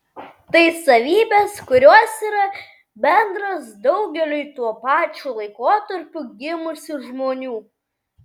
tai savybės kurios yra bendros daugeliui tuo pačiu laikotarpiu gimusių žmonių